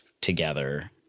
together